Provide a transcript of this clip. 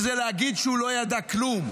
וזה להגיד שהוא לא ידע כלום,